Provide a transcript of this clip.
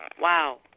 Wow